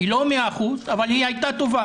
היא לא 100%, אבל היא התה טובה.